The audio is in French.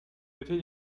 dotée